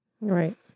Right